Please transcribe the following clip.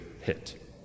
hit